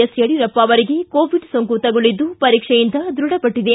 ಎಸ್ಯಡಿಯೂರಪ್ಪ ಅವರಿಗೆ ಕೋವಿಡ್ ಸೋಂಕು ತಗುಲಿದ್ದು ಪರೀಕ್ಷೆಯಿಂದ ದೃಢಪಟ್ಟದೆ